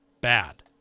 bad